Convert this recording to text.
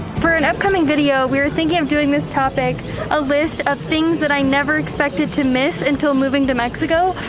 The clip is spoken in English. for an upcoming video, we were thinking of doing this topic a list of things that i never expected to miss until moving to mexico.